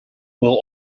will